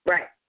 Right